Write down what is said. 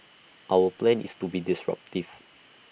our plan is to be disruptive